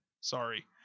sorry